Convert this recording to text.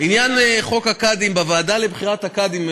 עניין חוק הקאדים בוועדה לבחירת הקאדים,